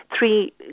three